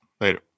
Later